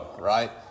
right